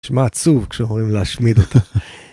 שמע עצוב כשאומרים להשמיד אותה.